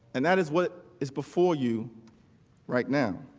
and that is what is before you right now